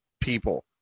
people